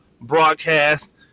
broadcast